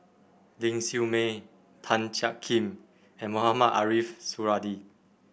Ling Siew May Tan Jiak Kim and Mohamed Ariff Suradi